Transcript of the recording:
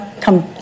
come